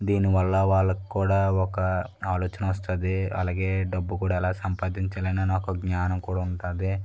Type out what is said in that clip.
దీనివల్ల వాళ్ళకి కూడా ఒక ఆలోచన వస్తుంది అలాగే డబ్బు కూడా ఎలా సంపాదించాలని అనే ఒక జ్ఞానం కూడా ఉంటుంది